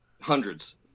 hundreds